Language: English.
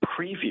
preview